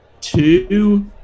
Two –